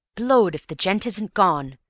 blowed if the gent isn't gone!